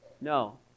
No